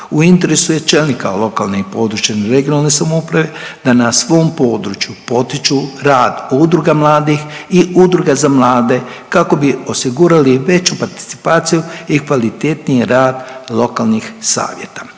U interesu je čelnika lokalne i područne (regionalne) samouprave da na svom području potiču rad udruga mladih i udruga za mlade kako bi osigurali veću participaciju i kvalitetniji rad lokalnih savjeta.